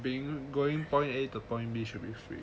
being going point A to point B should be free